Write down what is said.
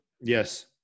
Yes